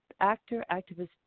actor-activist